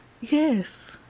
Yes